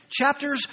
chapters